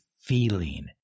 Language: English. feeling